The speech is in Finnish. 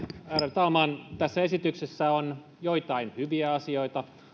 talman tässä esityksessä on joitain hyviä asioita